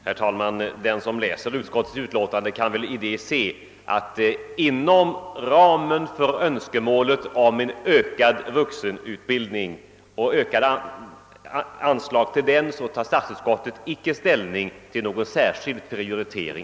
Herr talman! Den som läser utskottets utlåtande kan i det se att inom ramen för önskemålet om en ökad vux enutbildning och samlad översyn av denna tar statsutskottet icke ställning till någon särskild prioritering.